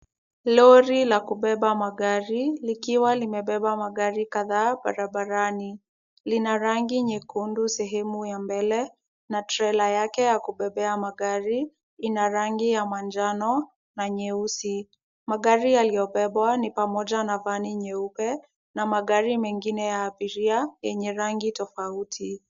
Lori la kubeba magari likiwa limebeba magari kadhaa barabarani. Lina rangi nyekundu sehemu ya mbele na trela yake ya kubebea magari ina rangi ya manjano na nyeusi. Magari yaliyobebwa ni pamoja na vani nyeupe na magari mengine ya abiria yenye rangi tofauti.